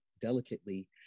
delicately